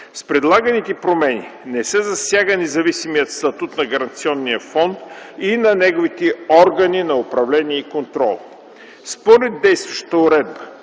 С предлаганите промени не се засяга независимият статут на Гаранционния фонд и на неговите органи на управление и контрол. Според действащата уредба